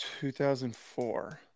2004